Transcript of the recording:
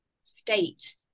state